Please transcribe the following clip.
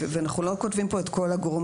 ואנחנו לא כותבים פה את כל הגורמים,